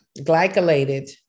glycolated